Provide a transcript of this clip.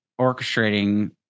orchestrating